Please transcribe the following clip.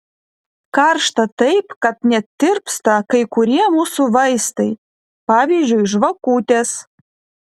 karšta taip kad net tirpsta kai kurie mūsų vaistai pavyzdžiui žvakutės